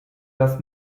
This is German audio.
das